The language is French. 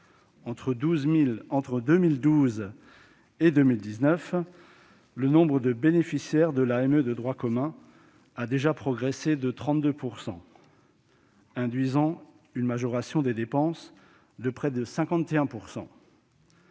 Entre 2012 et 2019, le nombre de bénéficiaires de l'AME de droit commun a déjà augmenté de 32 %, induisant une majoration des dépenses de près Ne